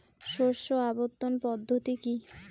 শস্য আবর্তন পদ্ধতি কি?